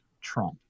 Trump